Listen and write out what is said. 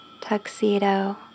tuxedo